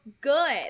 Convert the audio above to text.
good